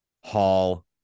Hall